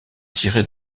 tirés